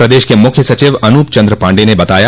प्रदेश के मुख्य सचिव अनूप चन्द्र पाण्डेय ने बताया